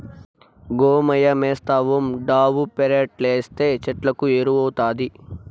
గోమయమేస్తావుండావు పెరట్లేస్తే చెట్లకు ఎరువౌతాది